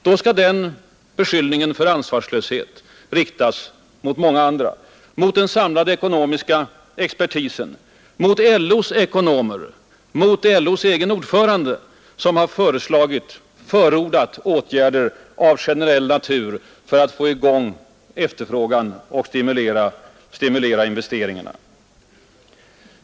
Då skall beskyllningen för ansvarslöshet riktas mot många andra, mot den samlade ekonomiska expertisen, mot LO:s ekonomer, mot LO:s egen ordförande som har förordat åtgärder av generell natur för att få i gång efterfrågan och stimulera investeringar.